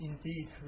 Indeed